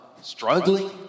struggling